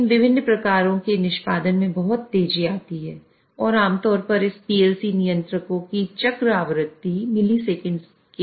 इन विभिन्न प्रकारों के निष्पादन में बहुत तेज़ी आती है और आमतौर पर इस PLC नियंत्रकों की चक्र आवृत्ति मिलीसेकंड के क्रम की होती है